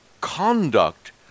conduct